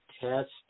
Test